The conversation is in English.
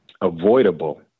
avoidable